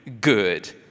good